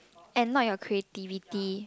at night your creativity